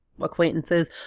acquaintances